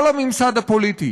כל הממסד הפוליטי